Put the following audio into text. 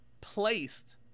placed